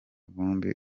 vumbi